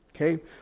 Okay